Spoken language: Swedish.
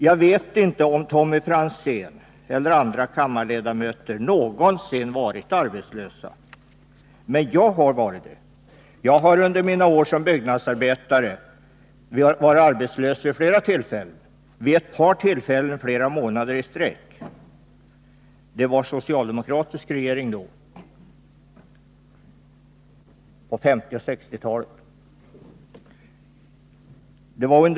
Jag vet inte om Tommy Franzén eller andra kammarledamöter någonsin varit arbetslösa, men jag har varit det. Under mina år som byggnadsarbetare har jag varit arbetslös vid flera tillfällen, vid ett par av dem flera månader i sträck. Det var socialdemokratisk regering då, på 1950 och 1960-talen.